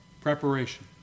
Preparation